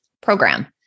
program